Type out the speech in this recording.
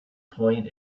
point